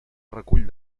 recull